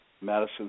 Madison